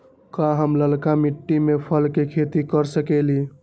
का हम लालका मिट्टी में फल के खेती कर सकेली?